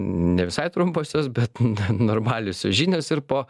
ne visai trumposios bet na normaliosios žinios ir po